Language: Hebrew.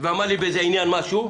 ואמר לי באיזה עניין משהו,